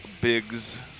Biggs